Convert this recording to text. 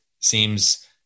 seems